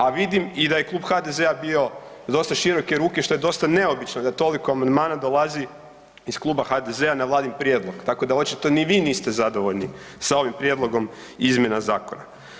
A vidim i da je Klub HDZ-a bio dosta široke ruke, što je dosta neobično da toliko amandmana dolazi iz Kluba HDZ-a na vladin prijedlog, tako da očito ni vi niste zadovoljni sa ovim prijedlogom izmjena zakona.